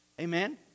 amen